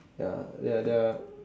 ya they are they are